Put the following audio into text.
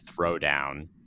Throwdown